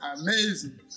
amazing